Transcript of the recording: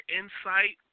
insight